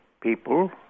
people